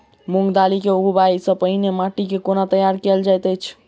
मूंग दालि केँ उगबाई सँ पहिने माटि केँ कोना तैयार कैल जाइत अछि?